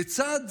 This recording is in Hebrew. בצד